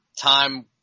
time